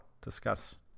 discuss